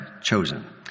chosen